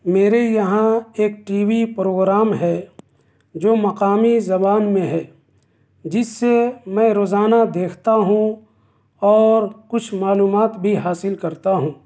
میرے یہاں ایک ٹی وی پروگرام ہے جو مقامی زبان میں ہے جس سے میں روزانہ دیکھتا ہوں اور کچھ معلومات بھی حاصل کرتا ہوں